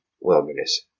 wilderness